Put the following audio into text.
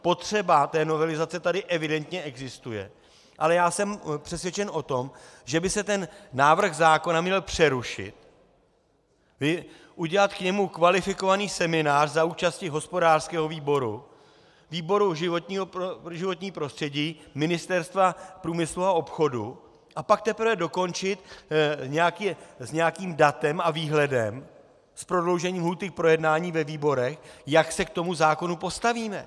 Potřeba novelizace tady evidentně existuje, ale jsem přesvědčen o tom, že by se ten návrh zákona měl přerušit, udělat k němu kvalifikovaný seminář za účasti hospodářského výboru, výboru pro životní prostředí, Ministerstva průmyslu a obchodu, a pak teprve dokončit s nějakým datem a výhledem s prodloužením lhůty k projednání ve výborech, jak se k tomu zákonu postavíme.